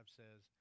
says